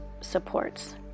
supports